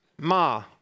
Ma